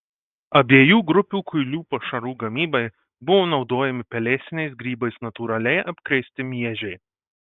abiejų grupių kuilių pašarų gamybai buvo naudojami pelėsiniais grybais natūraliai apkrėsti miežiai